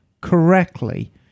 correctly